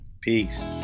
Peace